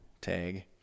tag